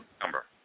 number